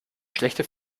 schlechte